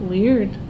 Weird